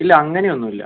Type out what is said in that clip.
ഇല്ല അങ്ങനെ ഒന്നും ഇല്ല